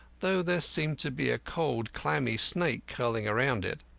though there seemed to be a cold, clammy snake curling round it.